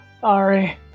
Sorry